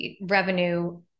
revenue